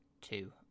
two